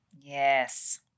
Yes